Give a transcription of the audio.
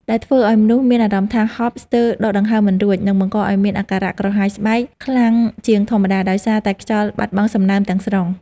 ដែលធ្វើឱ្យមនុស្សមានអារម្មណ៍ថា ហប់ ស្ទើរដកដង្ហើមមិនរួច និងបង្កឱ្យមានអាការៈ ក្រហាយស្បែក ខ្លាំងជាងធម្មតា ដោយសារតែខ្យល់បាត់បង់សំណើមទាំងស្រុង។